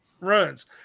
runs